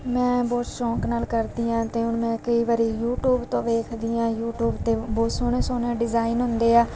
ਮੈਂ ਬਹੁਤ ਸ਼ੌਂਕ ਨਾਲ ਕਰਦੀ ਹਾਂ ਅਤੇ ਮੈਂ ਕਈ ਵਾਰ ਯੂਟੂਬ 'ਤੋਂ ਵੇਖਦੀ ਹਾਂ ਯੂਟੂਬ 'ਤੇ ਬਹੁਤ ਸੋਹਣੇ ਸੋਹਣੇ ਡਿਜ਼ਾਈਨ ਹੁੰਦੇ ਆ